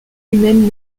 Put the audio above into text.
humaine